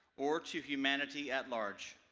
or to humanity at large.